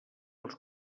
els